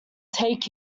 take